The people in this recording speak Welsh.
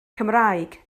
cymraeg